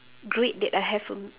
great that I have a m~